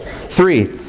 Three